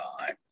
time